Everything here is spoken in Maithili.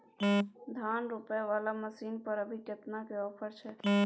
धान रोपय वाला मसीन पर अभी केतना के ऑफर छै?